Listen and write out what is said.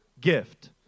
gift